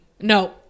no